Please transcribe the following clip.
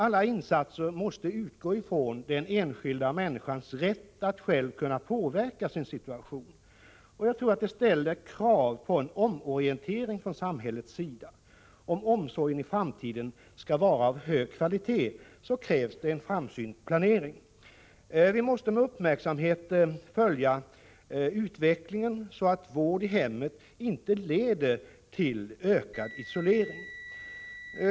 Alla insatser måste utgå från den enskilda människans rätt att själv kunna påverka sin situation. Det ställer krav på omorientering från samhällets sida. Om omsorgen i framtiden skall vara av hög kvalitet krävs det en framsynt planering. Vi måste med uppmärksamhet följa utvecklingen på detta område, så att vård i hemmet inte leder till ökad isolering.